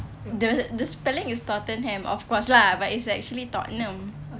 the the spelling is tottenham of course lah but the it's actually tottenham